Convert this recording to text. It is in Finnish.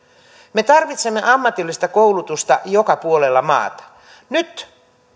me tarvitsemme ammatillista koulutusta joka puolella maata nyt